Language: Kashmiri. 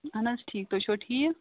اَہن حظ ٹھیٖک تُہۍ چھِوا ٹھیٖک